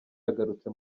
yagarutse